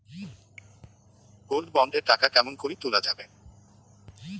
Gold bond এর টাকা কেমন করি তুলা যাবে?